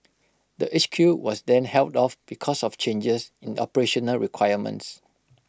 the H Q was then held off because of changes in operational requirements